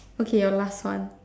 okay your last one